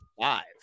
five